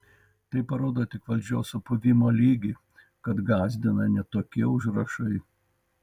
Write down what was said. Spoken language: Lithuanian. tai parodo tik valdžios supuvimo lygį kad gąsdina net tokie užrašai